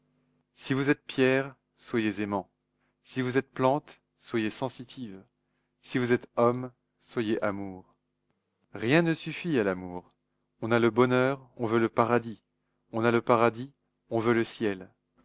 si vous êtes pierre soyez aimant si vous êtes plante soyez sensitive si vous êtes homme soyez amour rien ne suffit à l'amour on a le bonheur on veut le paradis on a le paradis on veut le ciel